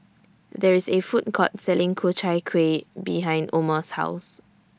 There IS A Food Court Selling Ku Chai Kuih behind Omer's House